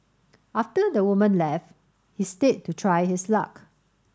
after the woman left he stayed to try his luck